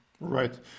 Right